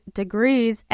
degrees